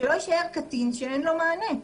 שלא יישאר קטין שאין לו מענה.